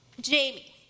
Jamie